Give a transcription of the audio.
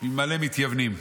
עם מלא מתייוונים.